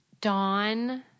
Dawn